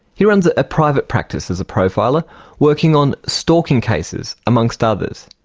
he runs a private practice as a profiler working on stalking cases amongst others.